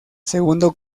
segundo